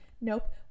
nope